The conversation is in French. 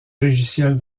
logiciels